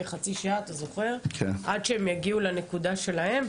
חצי שעה של הכניסה והגעה לנקודה שלהם.